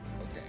Okay